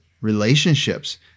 relationships